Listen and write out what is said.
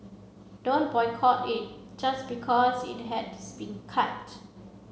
don't boycott it just because it has been cut